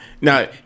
Now